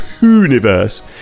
universe